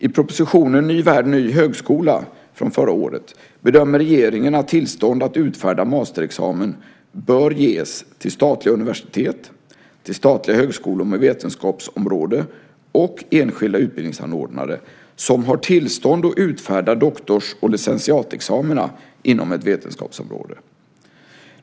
I propositionen Ny värld - Ny högskola bedömer regeringen att tillstånd att utfärda masterexamen bör ges till statliga universitet, statliga högskolor med vetenskapsområde och enskilda utbildningsanordnare som har tillstånd att utfärda doktors och licentiatexamina inom ett vetenskapsområde.